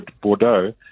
Bordeaux